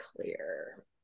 clear